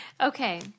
Okay